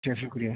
اچھا شکریہ